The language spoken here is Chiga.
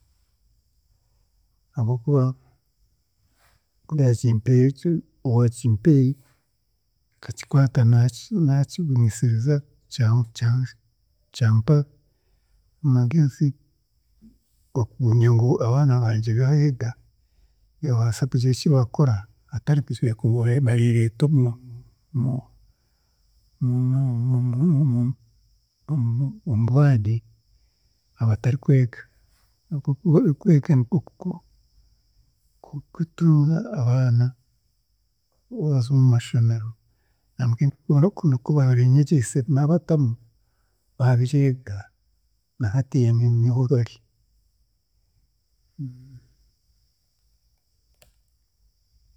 Ahabw'okuba, ku yankimpiire ki owakimpei, nkakikwata naaki naakigumisiriza kya- kya- kyampa amagezi okumanya ngu abaana bangye baayega, nibabaasa kugira eki baakora, hatari kugira ngu nibareereeta omu- ma- ma- ma- omubandi abatarikwega ahabw'okuba oku- kwega nikwe kukuru. Kutu abaana baaza omu mashomero nabwe oku nikwe baabinyegiise naabatamu, baabyega nahatiiya ni- ni- nihobari.